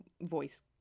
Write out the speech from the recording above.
voice